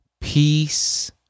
peace